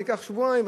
זה ייקח שבועיים,